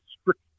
strict